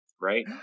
Right